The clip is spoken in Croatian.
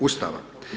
Ustava.